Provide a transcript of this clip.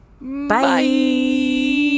Bye